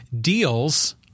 deals